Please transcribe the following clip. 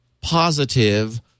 positive